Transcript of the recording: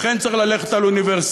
לכן צריך ללכת על אוניברסליות.